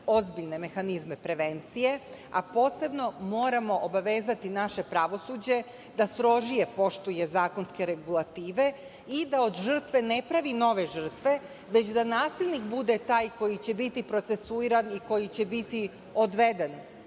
ozbiljne mehanizme prevencije, a posebno moramo obavezati naše pravosuđe da strožije poštuje zakonske regulative i da od žrtve ne pravi nove žrtve, već da nasilnik bude taj koji će biti procesuiran i koji će biti odveden